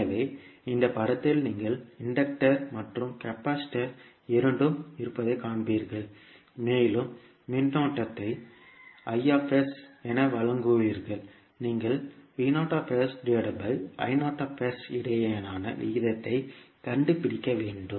எனவே இந்த படத்தில் நீங்கள் இன்டக்டர் மற்றும் கெபாசிட்டர் இரண்டும் இருப்பதைக் காண்பீர்கள் மேலும் மின்னோட்டத்தை அயோ கள் என வழங்கியுள்ளீர்கள் நீங்கள் இடையேயான விகிதத்தைக் கண்டுபிடிக்க வேண்டும்